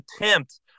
attempt